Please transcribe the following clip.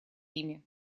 ими